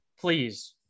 Please